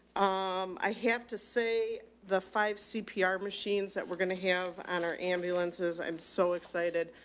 um, i have to say the five cpr machines that we're going to have on our ambulances. i'm so excited.